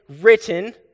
written